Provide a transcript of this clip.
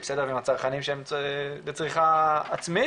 עם הצרכנים שהם בצריכה עצמית,